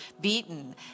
beaten